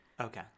Okay